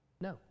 No